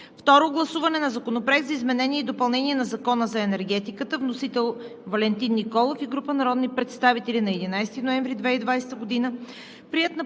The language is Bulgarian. Второ гласуване на Законопроект за изменение и допълнение на Закона за енергетиката. Вносители са Валентин Николов и група народни представители на 11 ноември 2020 г.,